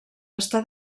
està